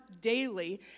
daily